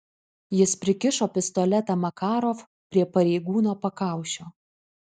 jis prikišo pistoletą makarov prie pareigūno pakaušio